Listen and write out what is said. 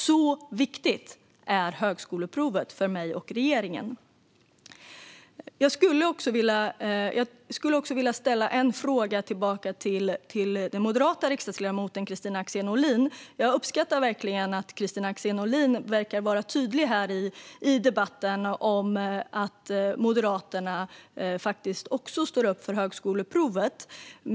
Så viktigt är högskoleprovet för mig och regeringen. Jag skulle också vilja ställa en fråga tillbaka till den moderata riksdagsledamoten Kristina Axén Olin. Jag uppskattar verkligen att Kristina Axén Olin är tydlig i debatten med att Moderaterna också står upp för högskoleprovet.